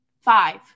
Five